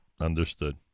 Understood